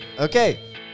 Okay